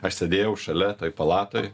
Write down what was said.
aš sėdėjau šalia toj palatoj